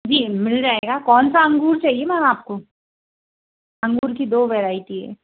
जी मिल जाएगा कौन सा अंगूर चाहिए मैम आपको अंगूर की दो वैरायटी है